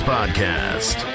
Podcast